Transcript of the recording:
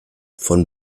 von